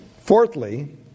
Fourthly